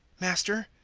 master,